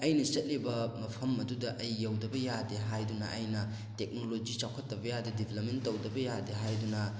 ꯑꯩꯅ ꯆꯠꯂꯤꯕ ꯃꯐꯝ ꯑꯗꯨꯗ ꯑꯩ ꯌꯧꯗꯕ ꯌꯥꯗꯦ ꯍꯥꯏꯗꯨꯅ ꯑꯩꯅ ꯇꯦꯛꯅꯣꯂꯣꯖꯤ ꯆꯥꯎꯈꯠꯇꯕ ꯌꯥꯗꯦ ꯗꯤꯕ꯭ꯂꯞꯃꯦꯟ ꯇꯧꯗꯕ ꯌꯥꯗꯦ ꯍꯥꯏꯗꯨꯅ